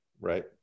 right